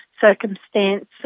circumstance